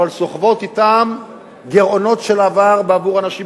אבל סוחבות אתן גירעונות של העבר בעבור אנשים